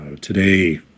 today